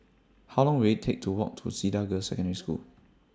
How Long Will IT Take to Walk to Cedar Girls' Secondary School